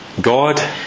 God